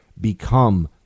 become